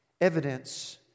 evidence